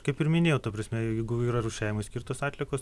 kaip ir minėjau ta prasme jeigu yra rūšiavimui skirtos atliekos